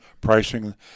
pricing